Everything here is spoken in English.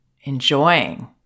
enjoying